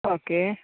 okay